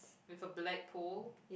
with a black pool